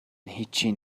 هیچی